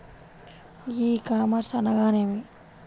ఈ కామర్స్ అనగా నేమి?